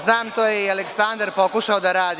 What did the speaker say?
Znam, to je i Aleksandar pokušao da radi.